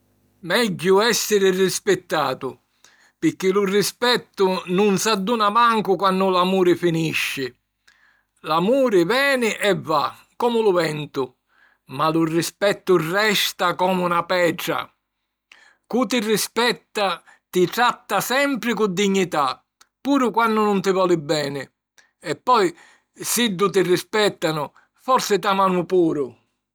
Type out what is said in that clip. Megghiu èssiri rispittatu, pirchì lu rispettu nun s’adduna mancu quannu l’amuri finisci. L’amuri veni e va, comu lu ventu, ma lu rispettu resta comu na petra. Cu' ti rispetta, ti tratta sempri cu dignità, puru quannu nun ti voli beni. E poi, siddu ti rispèttanu… forsi t’àmanu puru.